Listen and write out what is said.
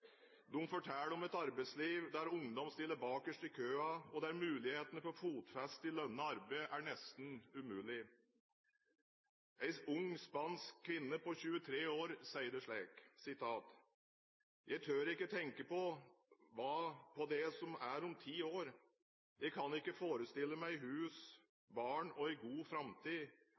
De forteller om et arbeidsliv der ungdom stiller bakerst i køen, og der mulighetene for fotfeste i lønnet arbeid er nesten umulige. En ung spansk kvinne på 23 år sier det slik: «Jeg tør ikke tenke på det som er om 10 år. Jeg kan ikke forestille meg hus, barn og en god framtid.